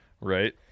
Right